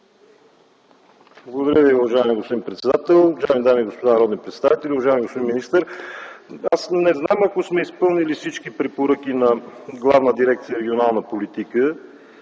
Благодаря Ви, уважаеми господин председател. Уважаеми дами и господа народни представители, уважаеми господин министър! Не знам, ако сме изпълнили всички препоръки на Главна дирекция „Регионална политика”,